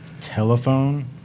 Telephone